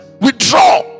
Withdraw